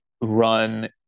run